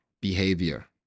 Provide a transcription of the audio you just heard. behavior